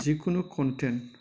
जिखुनु कनटेन्ट